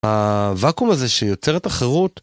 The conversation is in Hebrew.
הוואקום הזה שיוצר את החירות.